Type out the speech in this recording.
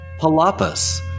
Palapas